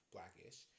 Blackish